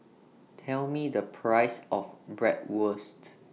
Tell Me The Price of Bratwurst